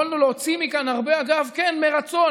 יכולנו להוציא מכאן הרבה, אגב, כן, מרצון.